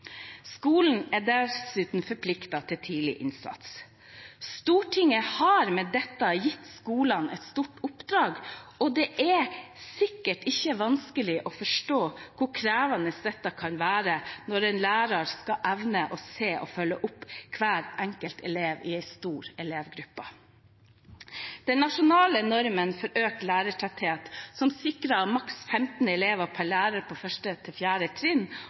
Skolen er dessuten forpliktet til tidlig innsats. Stortinget har med dette gitt skolene et stort oppdrag, og det er sikkert ikke vanskelig å forstå hvor krevende dette kan være når en lærer skal evne å se og følge opp hver enkelt elev i en stor elevgruppe. Den nasjonale normen for økt lærertetthet, som sikrer maksimalt 15 elever per lærer på 1.–4. trinn